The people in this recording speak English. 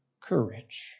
courage